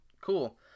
Cool